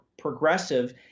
progressive